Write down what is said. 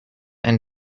and